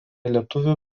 lietuvių